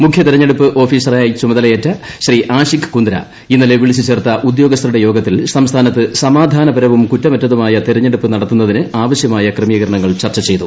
മുഖ്യ തെരഞ്ഞെടുപ്പ് ഓഫീസറായി ചുമതലയേറ്റ ശ്രീ ആഷിക് കുന്ദ്ര ഇന്നലെ വിളിച്ചു ചേർത്ത ഉദ്യോഗസ്ഥറുടെ യോഗത്തിൽ സംസ്ഥാനത്ത് സമാധാനപരവും കുറ്റമറ്റതുമായ തെരഞ്ഞെടുപ്പ് നടത്തുന്നതിന് ആവശ്യമായ ക്രമീകരണങ്ങൾ ചർച്ച ചെയ്തു